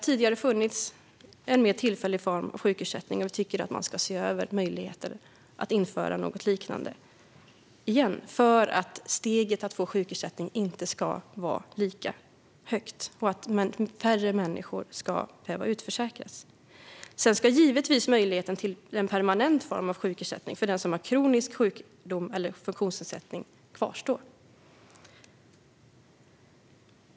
Tidigare fanns det en mer tillfällig form av sjukersättning, och vi tycker att man ska se över möjligheten att införa något liknande igen så att steget till att få sjukersättning inte blir lika högt och så att färre människor utförsäkras. Givetvis ska möjligheten till en permanent form av sjukersättning för dem som har kronisk sjukdom eller funktionsnedsättning kvarstå.